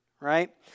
right